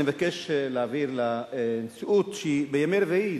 אני מבקש להעביר לנשיאות שבימי רביעי,